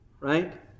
Right